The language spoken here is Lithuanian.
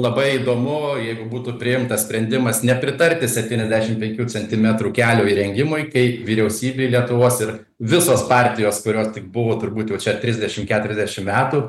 labai įdomu jeigu būtų priimtas sprendimas nepritarti septyniasdešim penkių centimetrų kelio įrengimui kai vyriausybė lietuvos ir visos partijos kurios tik buvo turbūt jau čia trisdešim keturiasdešim metų